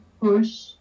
push